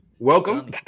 Welcome